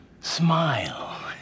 smile